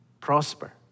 prosper